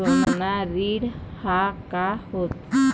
सोना ऋण हा का होते?